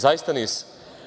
Zaista nisam.